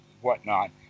whatnot